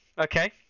okay